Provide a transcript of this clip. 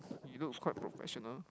he looks quite professional